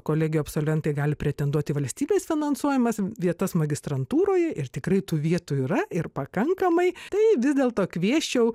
kolegijų absolventai gali pretenduoti į valstybės finansuojamas vietas magistrantūroje ir tikrai tų vietų yra ir pakankamai tai vis dėlto kviesčiau